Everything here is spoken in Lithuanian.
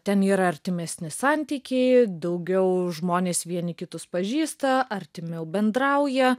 ten yra artimesni santykiai daugiau žmonės vieni kitus pažįsta artimiau bendrauja